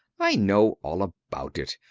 i know all about it.